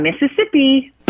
Mississippi